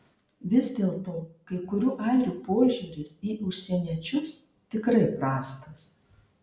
vis dėlto kai kurių airių požiūris į užsieniečius tikrai prastas